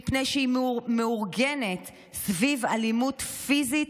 מפני שהיא מאורגנת סביב אלימות פיזית,